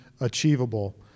achievable